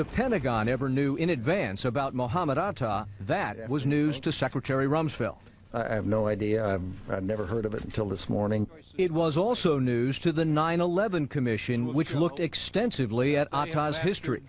the pentagon ever knew in advance about mohammed atta that it was news to secretary rumsfeld i have no idea i have never heard of it until this morning it was also news to the nine eleven commission which looked extensively at history